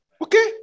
okay